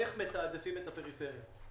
איך מתעדפים את הפריפריה.